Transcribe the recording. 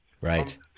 Right